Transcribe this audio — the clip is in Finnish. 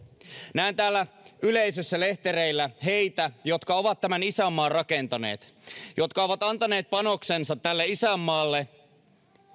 näen täällä yleisössä lehtereillä heitä jotka ovat tämän isänmaan rakentaneet jotka ovat antaneet panoksensa tälle isänmaalle